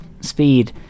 speed